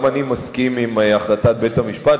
גם אני מסכים עם החלטת בית-המשפט.